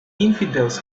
infidels